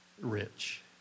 rich